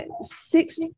Six